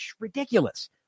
ridiculous